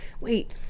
wait